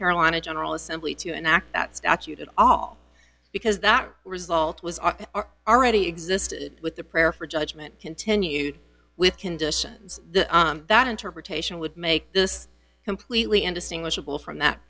carolina general assembly to enact that statute at all because that result was are already existed with the prayer for judgment continued with conditions that interpretation would make this completely indistinguishable from that